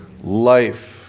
Life